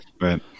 right